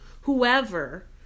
whoever